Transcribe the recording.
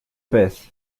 beth